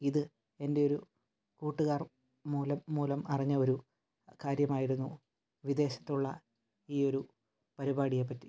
ഇത് എൻ്റെയൊരു കൂട്ടുകാർ മൂലം മൂലം അറിഞ്ഞ ഒരു കാര്യമായിരുന്നു വിദേശത്തുള്ള ഈയൊരു പരിപാടിയെപ്പറ്റി